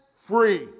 free